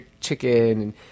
chicken